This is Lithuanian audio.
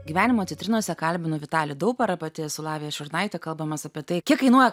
gyvenimo citrinose kalbinu vitalį dauparą pati esu lavija šurnaitė kalbamės apie tai kiek kainuoja